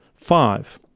five.